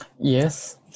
Yes